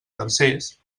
tercers